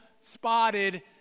spotted